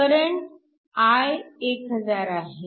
current I1000 हा आहे